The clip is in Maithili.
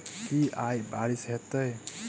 की आय बारिश हेतै?